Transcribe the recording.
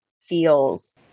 feels